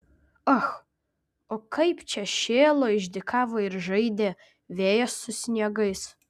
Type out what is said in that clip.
ach o kaip čia šėlo išdykavo ir žaidė vėjas su sniegais